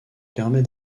permet